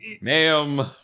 Ma'am